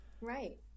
right